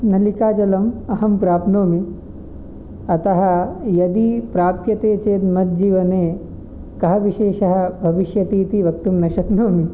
नलिकाजलं अहं प्राप्नोमि अतः यदि प्राप्यते चेत् मद्जीवने कः विशेषः भविष्यति इति वक्तुं न शक्नोमि